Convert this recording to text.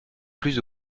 plus